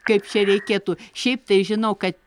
kaip čia reikėtų šiaip tai žinau kad